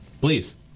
Please